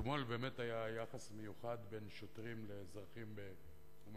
אתמול באמת היה יחס מיוחד בין שוטרים לאזרחים באום-אל-פחם,